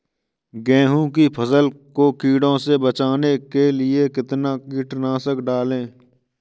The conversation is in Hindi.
गेहूँ की फसल को कीड़ों से बचाने के लिए कितना कीटनाशक डालें?